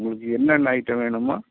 உங்களுக்கு என்னென்ன ஐட்டம் வேணுமோ